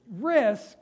risk